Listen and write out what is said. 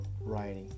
writing